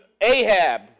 Ahab